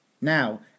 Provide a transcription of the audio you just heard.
Now